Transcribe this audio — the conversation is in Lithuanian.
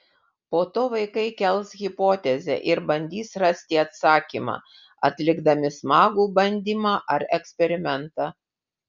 po to vaikai kels hipotezę ir bandys rasti atsakymą atlikdami smagų bandymą ar eksperimentą